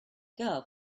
girl